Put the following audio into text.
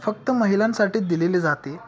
फक्त महिलांसाठी दिलेली जाते